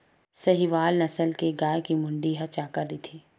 साहीवाल नसल के गाय के मुड़ी ह चाकर रहिथे